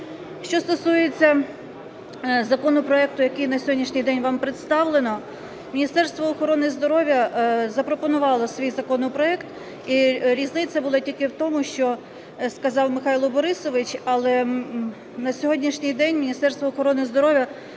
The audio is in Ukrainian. Що стосується законопроекту, який на сьогоднішній день вам представлено, Міністерство охорони здоров'я запропонувало свій законопроект і різниця була тільки в тому, що сказав Михайло Борисович. Але на сьогоднішній день Міністерство охорони здоров'я